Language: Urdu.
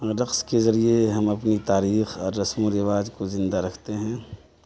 ان رقص کے ذریعے ہم اپنی تاریخ اور رسم و رواج کو زندہ رکھتے ہیں